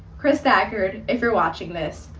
chris stackard, if you're watching this,